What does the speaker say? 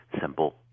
simple